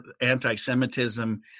anti-Semitism